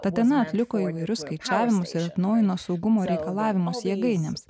tatena atliko įvairius skaičiavimus ir atnaujino saugumo reikalavimus jėgainėms